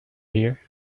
here